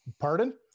Pardon